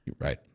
Right